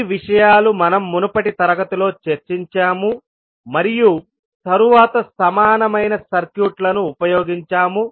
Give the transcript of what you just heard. ఈ విషయాలు మనం మునుపటి తరగతిలో చర్చించాము మరియు తరువాత సమానమైన సర్క్యూట్లను ఉపయోగించాము